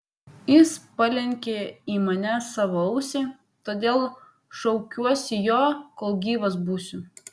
jis palenkė į mane savo ausį todėl šauksiuosi jo kol gyvas būsiu